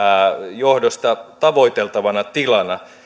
johdosta tavoiteltavana tilana